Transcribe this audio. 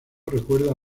recuerda